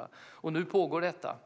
kan söka sig. Nu pågår detta.